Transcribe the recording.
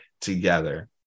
together